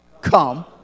come